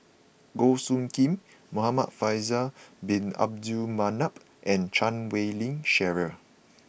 Goh Soo Khim Muhamad Faisal Bin Abdul Manap and Chan Wei Ling Cheryl